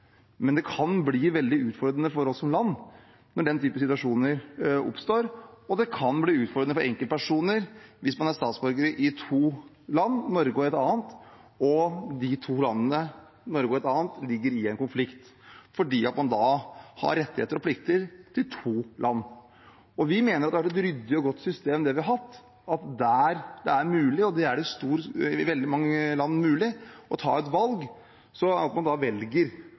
Men det kan bli veldig utfordrende for oss som land når den typen situasjoner oppstår, og det kan bli utfordrende for enkeltpersoner hvis man er statsborger i to land, Norge og et annet, og de to landene ligger i en konflikt, fordi man da har rettigheter og plikter i to land. Vi mener systemet vi har hatt, har vært ryddig og godt, at det er mulig – og det er i veldig mange land mulig – å ta et valg, og at man da velger